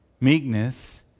Meekness